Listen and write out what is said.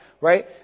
Right